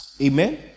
Amen